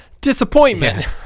disappointment